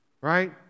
right